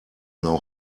now